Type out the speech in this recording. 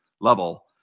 level